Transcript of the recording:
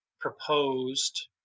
Proposed